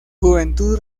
juventud